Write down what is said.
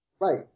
Right